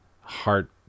heart